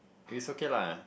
it's okay lah